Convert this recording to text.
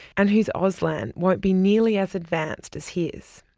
and whose auslan won't be nearly as advanced as his.